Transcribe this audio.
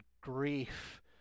grief